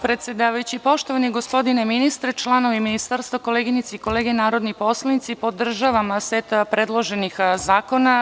Poštovani gospodine ministre, članovi ministarstva, koleginice i kolege narodni poslanici, podržavamo set predloženih zakona.